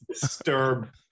disturb